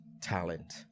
talent